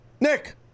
Nick